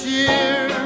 year